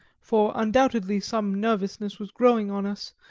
for undoubtedly some nervousness was growing on us,